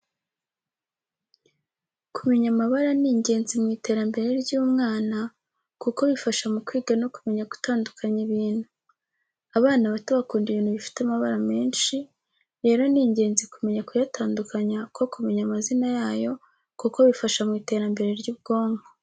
Kumenya amabara ni ingenzi mu iterambere ry'umwana, kuko bifasha mu kwiga no kumenya gutandukanya ibintu. Abana bato bakunda ibintu bifite amabara menshi, rero ni ingenzi kumenya kuyatandukanya ko kumenya amazina yayo kuko bifasha mu iterambere ry'ubwonko.